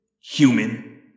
human